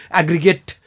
aggregate